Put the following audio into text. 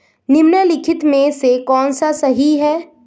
निम्नलिखित में से कौन सा सही है?